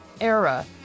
era